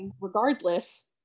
regardless